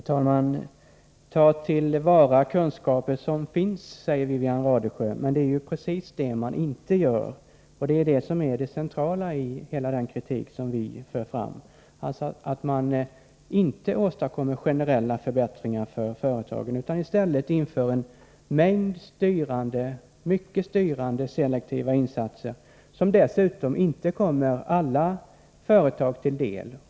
Herr talman! Ta till vara kunskaper som finns, sade Wivi-Anne Radesjö. Men det är ju precis det man inte gör, och det är det som är det centrala i den kritik som vi framför: att man inte åstadkommer generella förbättringar för företagen, utan i stället inför en mängd mycket styrande, selektiva insatser som dessutom inte kommer alla företag till del.